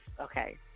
Okay